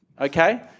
Okay